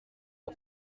par